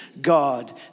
God